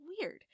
weird